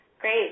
Great